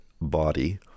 body